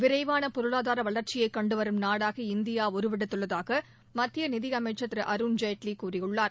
விரைவான பொருளாதார வளர்ச்சியை கண்டு வரும் நாடாக இந்தியா உருவெடுத்துள்ளதாக மத்திய நிதி அமைச்சர் திரு அருண்ஜேட்வி கூறியுள்ளார்